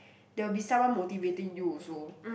there will be someone motivating you also